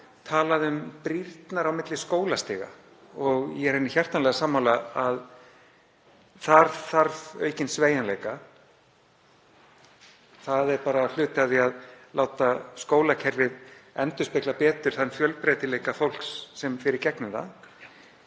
talaði um brýrnar á milli skólastiga og ég er henni hjartanlega sammála að þar þurfi aukinn sveigjanleika, það er bara hluti af því að láta skólakerfið endurspegla betur þann fjölbreytileika fólks sem fer í gegnum það.